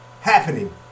happening